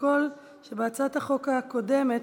לפרוטוקול שבהצעת החוק הקודמת,